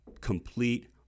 complete